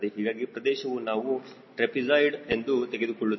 ಹೀಗಾಗಿ ಪ್ರದೇಶವನ್ನು ನಾವು ಟ್ರಪೆಜಾಯ್ಡ್ ಎಂದು ತೆಗೆದುಕೊಳ್ಳುತ್ತೇವೆ